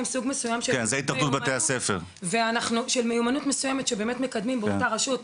על מיומנות מסויימת שבאמת מקדמים באותה רשות.